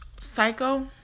psycho